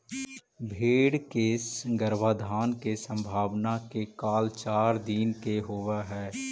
भेंड़ के गर्भाधान के संभावना के काल चार दिन के होवऽ हइ